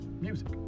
music